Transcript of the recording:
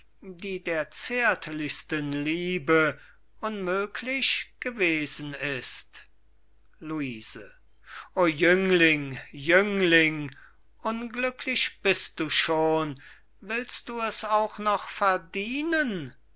die der zärtlichsten liebe unmöglich gewesen ist luise o jüngling jüngling unglücklich bist du schon willst du es auch noch verdienen